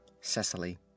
Cecily